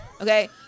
Okay